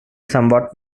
somewhat